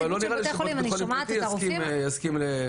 אבל לא נראה לי שבית חולים פרטי יסכים לזה.